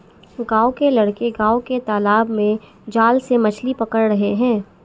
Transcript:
गांव के लड़के गांव के तालाब में जाल से मछली पकड़ रहे हैं